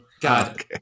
God